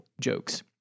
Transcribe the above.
jokes